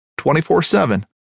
24-7